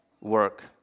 work